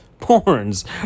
porns